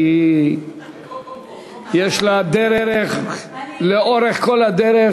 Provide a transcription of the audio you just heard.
כי יש לה דרך לאורך כל הדרך.